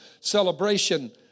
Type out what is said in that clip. celebration